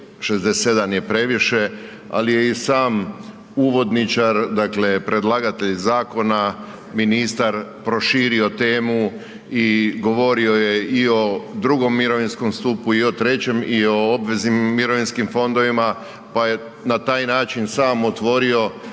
67 je previše, ali je i sam uvodničar, dakle predlagatelj zakona, ministar proširio temu i govorio je i o drugom mirovinskom stupu i o trećem i o obveznim mirovinskim fondovima pa je na taj način samo otvorio